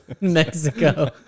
Mexico